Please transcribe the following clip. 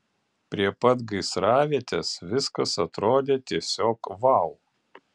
prie pat gaisravietės viskas atrodė tiesiog vau